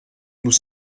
nous